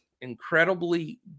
Incredibly